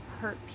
hurt